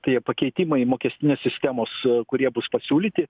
tie pakeitimai mokestinės sistemos kurie bus pasiūlyti